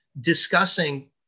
discussing